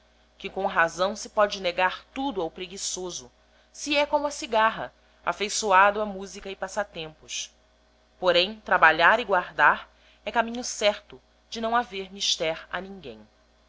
que com razaõ se pode negar tudo ao preguiçoso se f j he como a cigarra affeiçoldo a muf sica e passatempos porém trabalhar e uardar he caminho certo de nao haver mister a nin